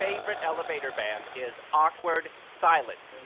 favorite elevator band is awkward silence.